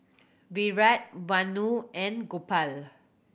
Virat Vanu and Gopal